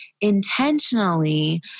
intentionally